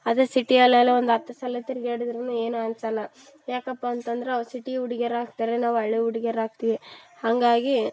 ಅದೇ ಸಿಟಿಯಲ್ಲೆಲ್ಲ ಒಂದು ಹತ್ತು ಸಲ ತಿರ್ಗಾಡಿದ್ರು ಏನು ಅನ್ಸೋಲ್ಲ ಯಾಕಪ್ಪ ಅಂತಂದ್ರೆ ಅವ್ರು ಸಿಟಿ ಹುಡ್ಗಿಯರ್ ಆಗ್ತಾರೆ ನಾವು ಹಳ್ಳಿ ಹುಡ್ಗಿಯರ್ ಆಗ್ತೀವಿ ಹಂಗಾಗಿ